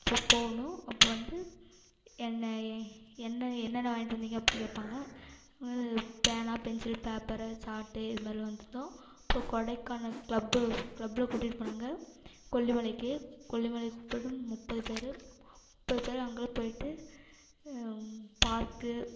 போனோம் அப்போ வந்து என்ன ஏ என்ன என்னென்ன வாங்கிட்டு வந்திங்க அப்படி கேட்பாங்க இது மாதிரி பேனா பென்சில் பேப்பரு சார்ட்டு இது மாதிரிலாம் வாங்கிட்டு வந்தோம் அப்றம் கொடைக்கானல் கிளப்பு கிளப்புலாம் கூட்டிகிட்டு போனாங்க கொல்லிமலைக்கு கொல்லிமலை முப்பது பேர் முப்பது பேரும் அங்கெல்லாம் போயிட்டு பார்க்கு